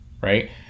right